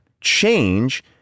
change